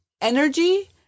energy